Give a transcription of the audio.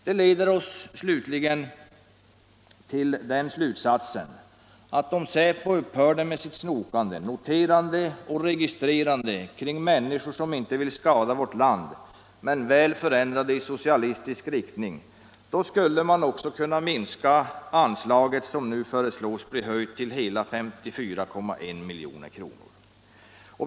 Det leder oss till den slutsatsen att om säpo upphörde med sitt snokande, noterande och registrerande kring människor som inte vill skada vårt land men väl förändra det i socialistisk riktning, då skulle man också kunna minska anslaget som nu föreslås bli höjt till hela 54,1 milj.kr.